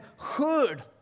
heard